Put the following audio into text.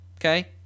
Okay